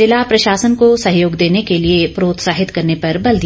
जिला प्रशासन को सहयोग देने के लिए प्रोत्साहित करने पर बल दिया